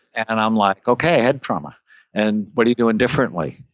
and i'm like, okay, head trauma and what are you doing differently?